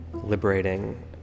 liberating